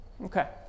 Okay